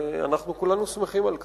ואנחנו כולנו שמחים על כך.